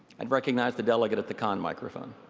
i'd recognize the delegate at the con microphone.